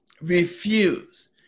refuse